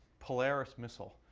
polaris missile.